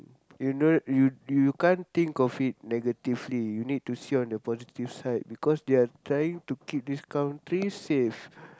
you know you you can't think of it negatively you need to see on the positive side because they are trying to keep this country safe